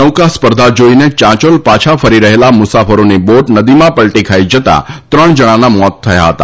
નૌકા સ્પર્ધા જોઈને ચાંચોલ પાછા ફરી રહેલા મુસાફરોની બોટ નદીમાં પલટી ખાઈ જતા ત્રણ જણાના મોત થયા હતા